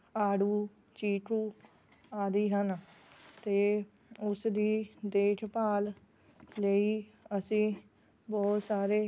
ਆੜੂ ਚੀਕੂ ਆਦਿ ਹਨ ਅਤੇ ਉਸਦੀ ਦੇਖਭਾਲ ਲਈ ਅਸੀਂ ਬਹੁਤ ਸਾਰੇ